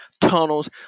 tunnels